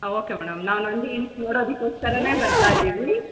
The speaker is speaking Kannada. ಓಕೆ ಮೇಡಮ್ ನಾವು ನಂದಿ ಹಿಲ್ಸ್ ನೋಡೋದಕ್ಕೋಸ್ಕರನೇ ಬರ್ತಾ ಇದ್ದೀವಿ